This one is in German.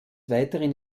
weiteren